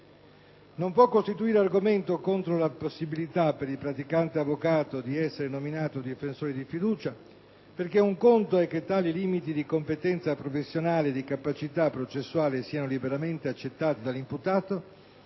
"né può costituire argomento contrario la possibilità, per il praticante avvocato, di essere nominato difensore di fiducia: un conto è che tali limiti di competenza professionale e di capacità processuale siano liberamente accettati dall'imputato,